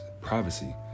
privacy